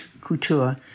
Couture